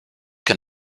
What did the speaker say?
can